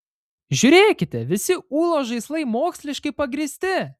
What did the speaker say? žiūrėkite visi ūlos žaislai moksliškai pagrįsti